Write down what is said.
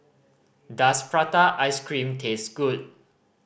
does prata ice cream taste good